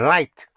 Right